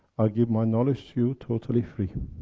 i give my knowledge to you totally free.